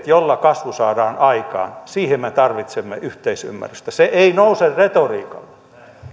joilla kasvu saadaan aikaan me tarvitsemme yhteisymmärrystä se ei nouse retoriikalla